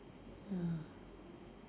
ya